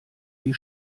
die